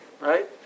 right